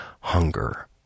hunger